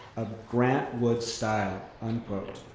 a grant wood style, unquote.